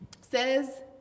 says